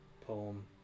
poem